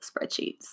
spreadsheets